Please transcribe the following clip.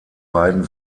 beiden